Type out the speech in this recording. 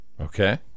Okay